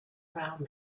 round